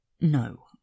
No